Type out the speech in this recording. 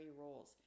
roles